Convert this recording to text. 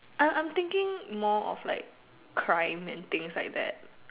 I I'm thinking more of like crime and things like that